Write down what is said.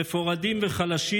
מפורדים וחלשים,